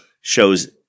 shows –